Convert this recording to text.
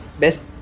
best